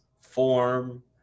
form